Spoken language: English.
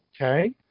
Okay